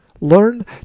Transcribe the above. Learn